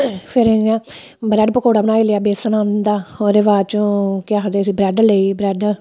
फिर में ब्रैड पकौड़ा बनाई लेया बेसन दा ओह्दे बाद चूं केह् आखदे उसी ब्रेड लेई ब्रैडां